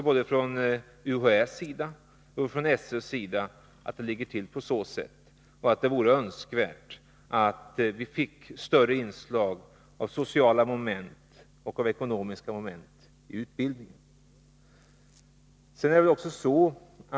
Både UHÄ och SÖ säger att så ligger det till och att det vore önskvärt med större inslag av sociala och ekonomiska moment i utbildningen.